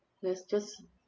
let's just